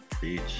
Beach